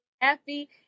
happy